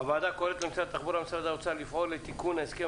הוועדה קוראת למשרד התחבורה ומשרד האוצר לפעול לתיקון הסכם